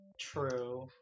True